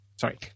sorry